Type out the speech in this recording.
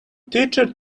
teacher